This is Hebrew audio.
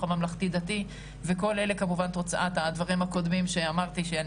הממלכתי-דתי וכל אלה כמובן תוצאת הדברים הקודמים שאמרתי שאני